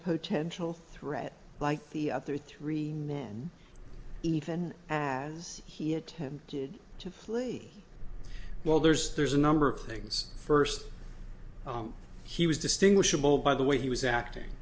potential threat like the other three men even as he attempted to flee while there's there's a number of things first he was distinguishable by the way he was acting